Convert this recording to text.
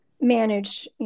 manage